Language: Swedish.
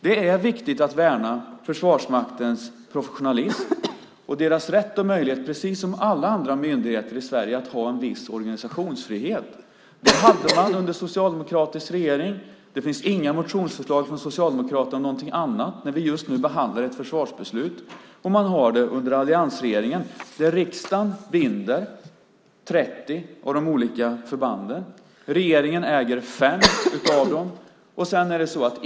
Det är viktigt att värna Försvarsmaktens professionalism och deras rätt och möjligheter att, precis som alla andra myndigheter i Sverige, ha en viss organisationsfrihet. Det hade man under socialdemokratisk regering, och man har det under alliansregeringen. Det finns inga motionsförslag från Socialdemokraterna om någonting annat när vi just nu behandlar ett försvarsbeslut. Riksdagen binder 30 av de olika förbanden. Regeringen äger 5 av dem.